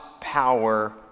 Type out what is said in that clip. power